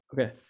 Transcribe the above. Okay